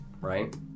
right